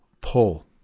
pull